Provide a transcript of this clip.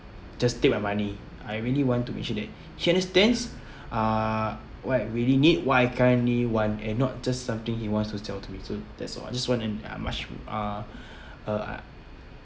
just take my money I really want to make sure that he understands uh what I really need what I currently want and not just something he wants to sell to me so that's all I just want an uh much uh uh